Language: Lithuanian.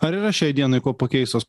ar yra šiai dienai kuo pakeist tuos